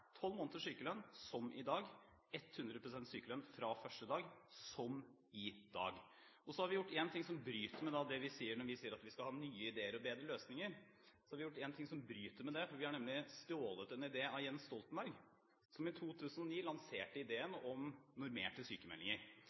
tolv måneders sykelønn, som i dag, og 100 pst. sykelønn fra første dag, som i dag. Så har vi gjort én ting som bryter med det vi sier om at vi skal ha nye ideer og bedre løsninger. Vi har nemlig stjålet en idé fra Jens Stoltenberg, som i 2009 lanserte ideen om normerte